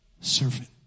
servant